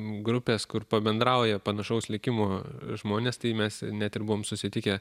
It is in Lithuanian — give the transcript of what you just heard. grupės kur pabendrauja panašaus likimo žmonės tai mes net ir buvom susitikę